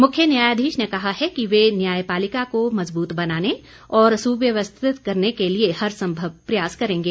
मुख्य न्यायधीश ने कहा है कि वह न्यायपालिका को मजबूत बनाने और सुव्यवस्थित करने के लिए हर संभव प्रयास करेंगे